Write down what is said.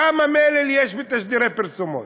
כמה מלל יש בתשדירי פרסומות?